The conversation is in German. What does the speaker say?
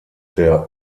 der